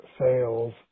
sales